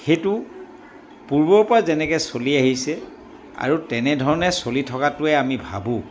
সেইটো পূৰ্বৰ পৰা যেনেকৈ চলি আহিছে আৰু তেনেধৰণে চলি থকাটোৱে আমি ভাবোঁ